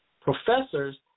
Professors